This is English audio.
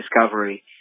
discovery